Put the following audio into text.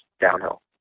downhill